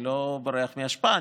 אני לא בורח מההשפעה,